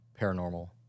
paranormal